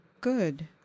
good